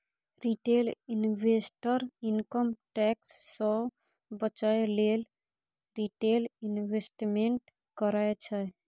retail investor income tax सँ बचय लेल रिटेल इंवेस्टमेंट करय छै